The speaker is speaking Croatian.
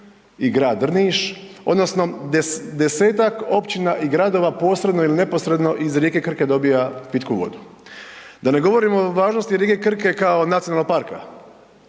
i grad Drniš odnosno desetak općina i gradova posredno ili neposredno iz rijeke Krke dobija pitku vodu. Da ne govorim o važnosti rijeke Krke kao nacionalnog parka.